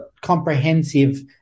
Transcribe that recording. comprehensive